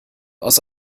aus